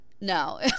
No